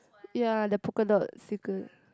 ya the polka dot sticker